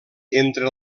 entre